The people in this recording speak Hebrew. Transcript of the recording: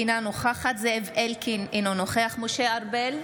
אינה נוכחת זאב אלקין, אינו נוכח משה ארבל,